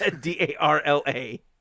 D-A-R-L-A